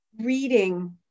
reading